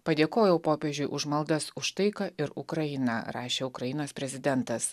padėkojau popiežiui už maldas už taiką ir ukrainą rašė ukrainos prezidentas